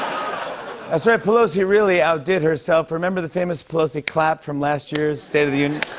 ah so pelosi really outdid herself. remember the famous pelosi clap from last year's state of the union?